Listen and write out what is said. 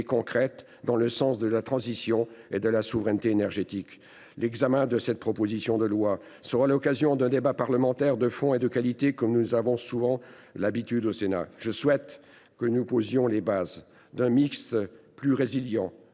concrète, dans le sens de la transition et de la souveraineté énergétiques. L’examen de cette proposition de loi sera l’occasion d’un débat parlementaire de fond et de qualité, comme nous en avons l’habitude au Sénat. Je souhaite que nous posions les bases d’un mix plus résilient,